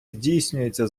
здійснюється